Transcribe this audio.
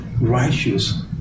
righteous